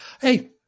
hey